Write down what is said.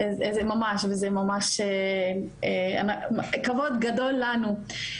זה ממש כבוד גדול לנו.